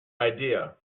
idea